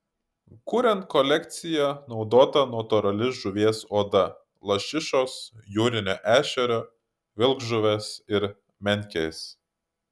kuriant kolekciją naudota natūrali žuvies oda lašišos jūrinio ešerio vilkžuvės ir menkės